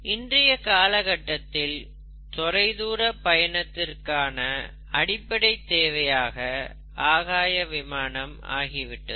இன்றைய காலகட்டத்தில் தொலைதூர பயணத்திற்கான அடிப்படைத் தேவையாக ஆகாய விமானம் ஆகி விட்டது